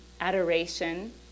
adoration